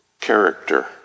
character